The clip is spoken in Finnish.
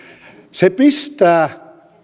se pistää